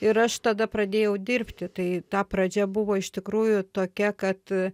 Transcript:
ir aš tada pradėjau dirbti tai ta pradžia buvo iš tikrųjų tokia kad